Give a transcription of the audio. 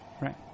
Right